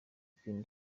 queen